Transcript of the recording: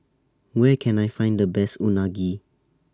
Where Can I Find The Best Unagi